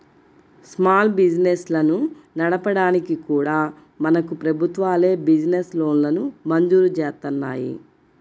small బిజినెస్లను నడపడానికి కూడా మనకు ప్రభుత్వాలే బిజినెస్ లోన్లను మంజూరు జేత్తన్నాయి